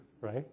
right